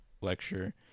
lecture